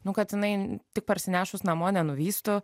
nu kad jinai tik parsinešus namo nenuvystų